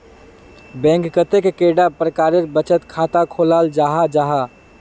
Bank कतेक कैडा प्रकारेर बचत खाता खोलाल जाहा जाहा?